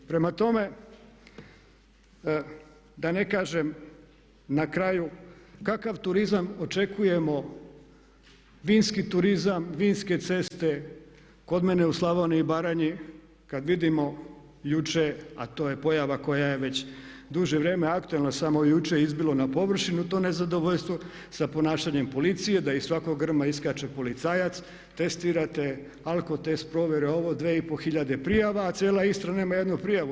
Prema tome, da ne kažem na kraju kakav turizam očekujemo, vinski turizam, vinske ceste kod mene u Slavoniji i Baranji kad vidimo jučer, a to je pojava koja je već duže vrijeme aktualna samo je jučer izbilo na površinu to nezadovoljstvo sa ponašanjem policije, da iz svakog grma iskače policajac, testira te, alkotest provjera i 2,5 tisuće prijava a cijela Istra nema 1 prijavu.